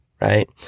right